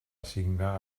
assigna